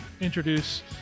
introduce